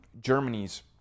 Germany's